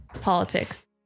politics